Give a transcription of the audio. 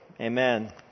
Amen